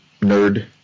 nerd